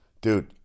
Dude